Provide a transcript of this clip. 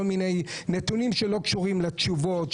כל מיני נתונים שלא קשורים לתשובות,